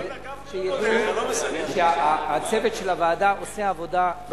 אבל שידעו שהצוות של הוועדה עושה עבודה יום ולילה.